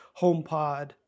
HomePod